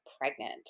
Pregnant